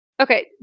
Okay